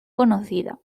conocida